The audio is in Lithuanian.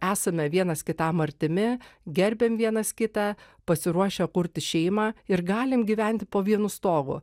esame vienas kitam artimi gerbiam vienas kitą pasiruošę kurti šeimą ir galim gyventi po vienu stogu